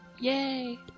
Yay